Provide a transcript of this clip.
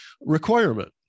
requirement